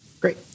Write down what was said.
Great